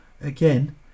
again